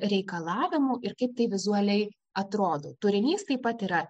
reikalavimų ir kaip tai vizualiai atrodo turinys taip pat yra